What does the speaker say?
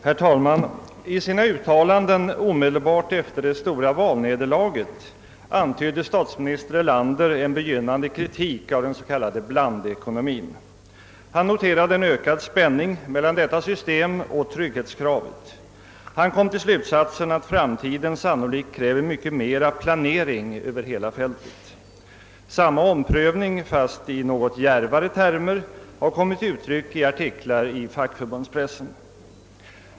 Herr talman! I sina uttalanden omedelbart efter det stora valnederlaget antydde statsminister Erlander en begynnande kritik av den s.k. blandekonomien. Han noterade en ökad spänning mellan detta system och trygghetskravet och drog slutsatsen att framtiden sannolikt kräver mycket mer av planering över hela fältet. Samma omprövning, fast i något djärvare termer, har kommit till uttryck i artiklar i fackförbundspressen.